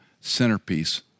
centerpiece